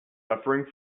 suffering